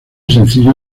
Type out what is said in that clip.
sencillo